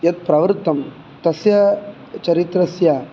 यत्प्रवृत्तं तस्य चरित्रस्य